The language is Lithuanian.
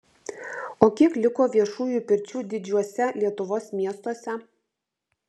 o kiek liko viešųjų pirčių didžiuose lietuvos miestuose